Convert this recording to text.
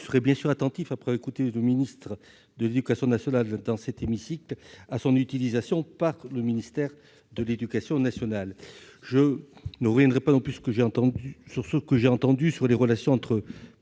Je serai bien sûr attentif, après avoir écouté M. le ministre de l'éducation nationale dans cet hémicycle, à son utilisation par le ministère de l'éducation nationale. Je ne reviendrai pas sur ce que j'ai entendu au sujet des relations entre